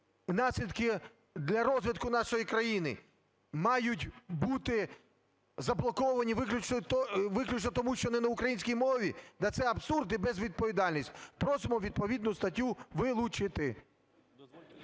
наслідки для розвитку нашої країни, мають бути заблоковані виключно тому, що не на українській мові? Да це абсурд і безвідповідальність. Просимо відповідну статтю вилучити.